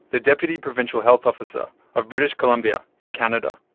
the deputy provincial health officer of british columbia, in canada.